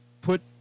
put